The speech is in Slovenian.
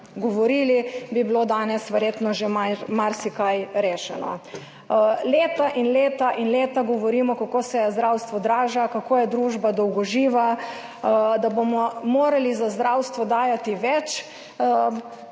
strani, bi bilo danes verjetno že marsikaj rešeno. Leta in leta in leta govorimo, kako se zdravstvo draži, kako je družba dolgoživa, da bomo morali za zdravstvo dajati več,